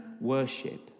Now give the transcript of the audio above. worship